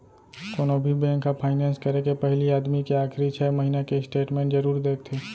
कोनो भी बेंक ह फायनेंस करे के पहिली आदमी के आखरी छै महिना के स्टेट मेंट जरूर देखथे